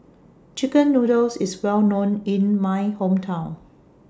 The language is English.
Chicken Noodles IS Well known in My Hometown